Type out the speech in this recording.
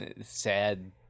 sad